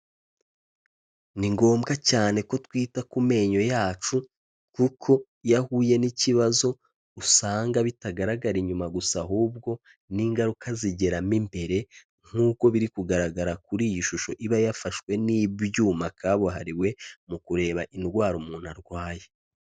Ni ngombwa cyane ko twita ku menyo yacu, kuko iyo ahuye n'ikibazo usanga bitagaragara inyuma gusa, ahubwo n'ingaruka zigeramo imbere, nk'uko biri kugaragara kuri iyi shusho iba yafashwe n'ibyuma kabuhariwe, mu kureba indwara umuntu arwaye.